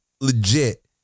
legit